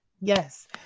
yes